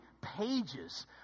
pages